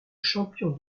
champion